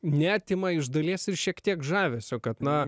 neatima iš dalies ir šiek tiek žavesio kad na